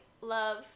love